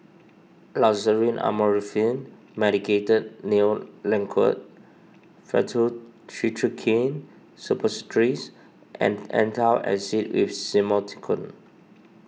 Loceryl Amorolfine Medicated Nail Lacquer Faktu Cinchocaine Suppositories and Antacid with Simethicone